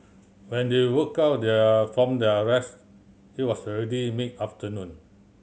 when they woke up their from their rest it was already mid afternoon